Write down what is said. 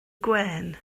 gwên